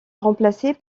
remplacée